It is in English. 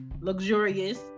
luxurious